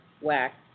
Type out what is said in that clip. wax